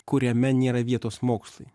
kuriame nėra vietos mokslui